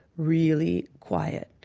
really quiet,